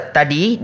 tadi